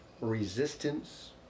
resistance